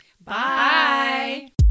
Bye